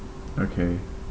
okay